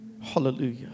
Hallelujah